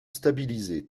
stabilisés